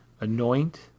anoint